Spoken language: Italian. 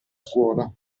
scuola